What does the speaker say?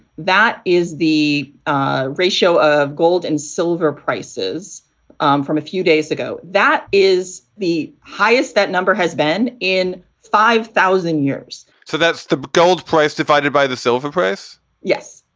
that is the ah ratio of gold and silver prices um from a few days ago. that is the highest that number has been in five thousand years so that's the gold price divided by the silver price yes.